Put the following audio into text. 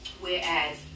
Whereas